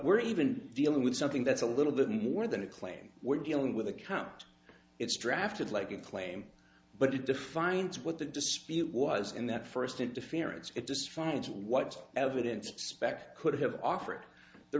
we're even dealing with something that's a little bit more than a claim we're dealing with a count it's drafted like a claim but it defines what the dispute was in that first interference it just finds what evidence suspect could have offered the